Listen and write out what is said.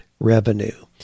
revenue